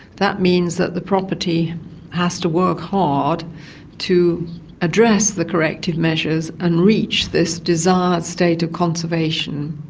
that means that the property has to work hard to address the corrective measures and reach this desired state of conservation,